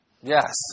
Yes